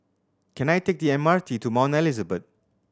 can I take the M R T to Mount Elizabeth